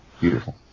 Beautiful